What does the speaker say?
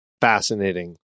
fascinating